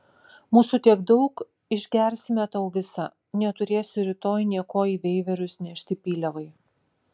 mūsų tiek daug išgersime tau visą neturėsi rytoj nė ko į veiverius nešti pyliavai